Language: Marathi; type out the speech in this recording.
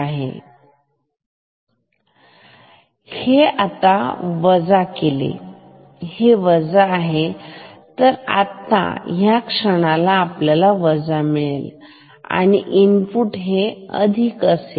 हे आता वजा आहे हे वजा आहे तर आत्ता या क्षणाला आपल्याला वजा मिळेल आणि इनपुट हे अधिक आहे